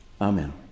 Amen